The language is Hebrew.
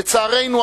לצערנו,